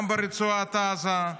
גם ברצועת עזה,